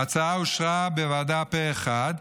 ההצעה אושרה בוועדה פה אחד.